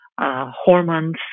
Hormones